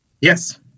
Yes